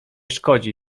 szkodzi